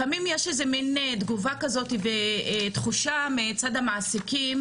לפעמים יש איזושהי תגובה כזאת ותחושה מצד המעסיקים,